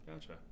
Gotcha